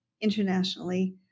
internationally